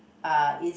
uh is